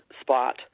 spot